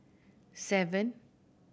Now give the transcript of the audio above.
seven